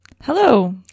Hello